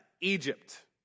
Egypt